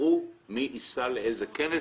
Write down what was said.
יבחרו מי ייסע לאיזה כנס.